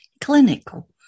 clinical